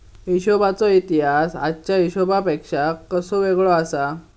हिशोबाचो इतिहास आजच्या हिशेबापेक्षा कसो वेगळो आसा?